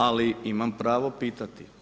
Ali imam pravo pitati.